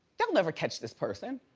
they'll never catch this person.